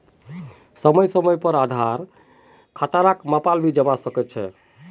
समय समय पर आधार खतराक मापाल भी जवा सक छे